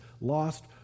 lost